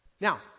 Now